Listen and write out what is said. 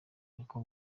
niko